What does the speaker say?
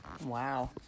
Wow